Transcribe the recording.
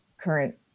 current